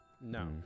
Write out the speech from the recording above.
No